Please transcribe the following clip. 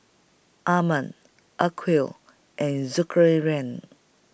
Iman Aqil and Zulkarnain